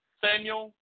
Samuel